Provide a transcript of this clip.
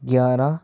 گیارہ